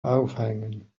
aufhängen